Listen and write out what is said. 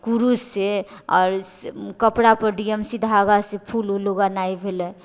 कुरुशसँ आओर कपड़ापर D M C धागासँ फूल उल लोग उगेनाइ भेलै